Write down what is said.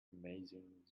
amazing